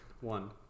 One